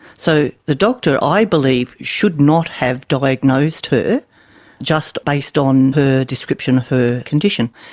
so the doctor, i believe, should not have diagnosed her just based on her description of her condition.